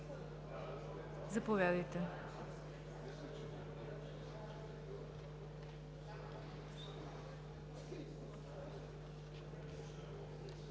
Заповядайте.